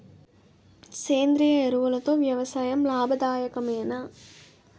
సేంద్రీయ ఎరువులతో వ్యవసాయం లాభదాయకమేనా?